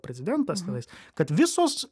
prezidentas tenais kad visos